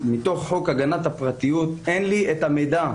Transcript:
מתוך חוק הגנת הפרטיות אין לי את המידע.